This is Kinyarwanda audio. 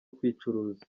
kwicuruza